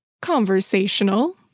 conversational